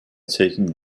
taking